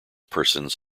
persons